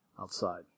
outside